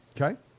Okay